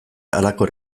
halako